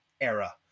era